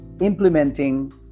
implementing